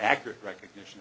accurate recognition